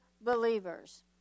believers